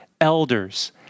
elders